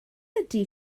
ydy